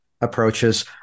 approaches